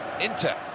Inter